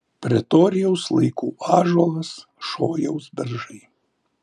pretorijaus laikų ąžuolas šojaus beržai